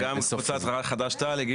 לא, גם קבוצת חד"ש תע"ל.